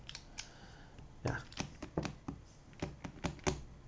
ya